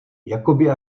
jakoby